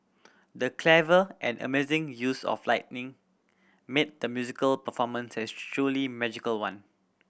the clever and amazing use of lighting made the musical performance a truly magical one